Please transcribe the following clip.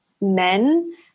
men